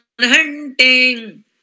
hunting